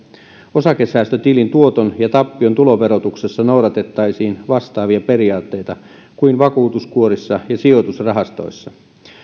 osakesäästötilin tuoton ja tappion tuloverotuksessa noudatettaisiin vastaavia periaatteita kuin vakuutuskuorissa ja sijoitusrahastoissa